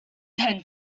try